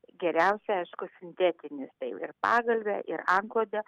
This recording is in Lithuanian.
geriausia aišku sintetinis tai ir pagalvę ir antklodę